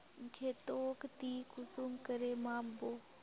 खेतोक ती कुंसम करे माप बो?